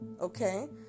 Okay